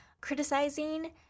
criticizing